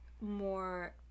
more